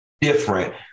different